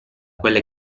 quelle